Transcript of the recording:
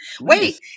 Wait